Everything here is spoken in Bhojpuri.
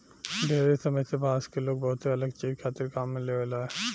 ढेरे समय से बांस के लोग बहुते अलग चीज खातिर काम में लेआवेला